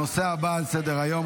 הנושא הבא על סדר-היום,